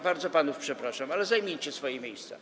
Bardzo panów przepraszam, ale zajmijcie swoje miejsca.